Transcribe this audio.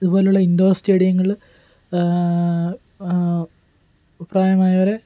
ഇതുപോലുള്ള ഇൻഡോർ സ്റ്റേഡിയങ്ങൾ പ്രായമായവരെ